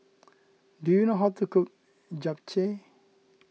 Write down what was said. do you know how to cook Japchae